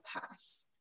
pass